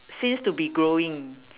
seems to be growing